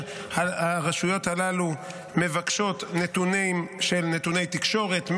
הרשויות הללו מבקשות נתונים שהם נתוני תקשורת,